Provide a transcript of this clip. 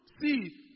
see